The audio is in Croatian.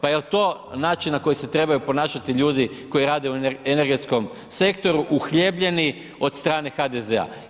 Pa jel to način na koji se trebaju ponašati ljudi koji rade u energetskom sektoru, uhljebljeni od strane HDZ-a?